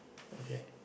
okay